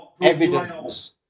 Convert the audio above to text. evidence